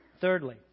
Thirdly